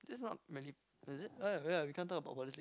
that's not really is it oh yeah yeah we can't talk about politics